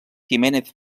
giménez